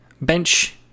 bench